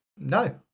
No